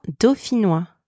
dauphinois